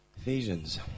Ephesians